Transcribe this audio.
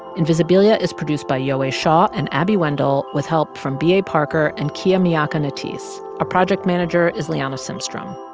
invisibilia is produced by yowei shaw and abby wendle with help from b a. parker and kia miakka natisse. our project manager is liana simstrom.